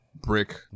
brick